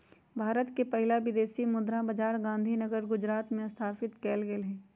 भारत के पहिला विदेशी मुद्रा बाजार गांधीनगर गुजरात में स्थापित कएल गेल हइ